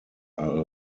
are